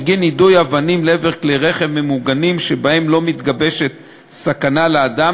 בגין יידויי אבנים לעבר כלי רכב ממוגנים שבהם לא מתגבשת סכנה לאדם,